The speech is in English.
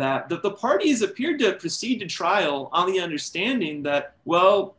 that the parties appeared to proceed to trial on the understanding that well